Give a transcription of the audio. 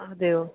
അതെയോ